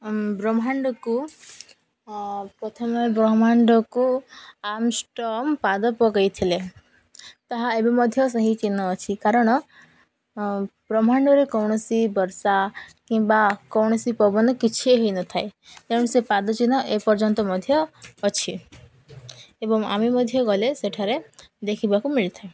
ବ୍ରହ୍ମାଣ୍ଡକୁ ପ୍ରଥମେ ବ୍ରହ୍ମାଣ୍ଡକୁ ଆମଷ୍ଟ୍ରଙ୍ଗ ପାଦ ପକାଇ ଥିଲେ ତାହା ଏବେ ମଧ୍ୟ ସେହି ଚିହ୍ନ ଅଛି କାରଣ ବ୍ରହ୍ମାଣ୍ଡରେ କୌଣସି ବର୍ଷା କିମ୍ବା କୌଣସି ପବନ କିଛି ହେଇନଥାଏ ତେଣୁ ସେ ପାଦ ଚିହ୍ନ ଏ ପର୍ଯ୍ୟନ୍ତ ମଧ୍ୟ ଅଛି ଏବଂ ଆମେ ମଧ୍ୟ ଗଲେ ସେଠାରେ ଦେଖିବାକୁ ମିଳିଥାଉ